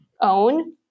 own